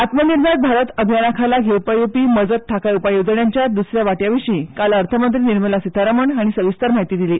आत्मनिर्भर भारत अभीयाना खाला घेवपा येवपी मजत थाकाय उपाय येवजणेच्या दुस या वांट्या विशीं काल अर्थ मंत्री निर्मला सीतारामन हांणी विस्तारान म्हायती दिली